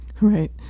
Right